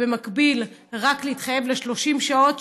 ובמקביל להתחייב רק ל-30 שעות,